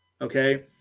Okay